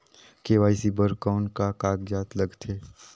KYC बर कौन का कागजात लगथे?